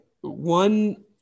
one –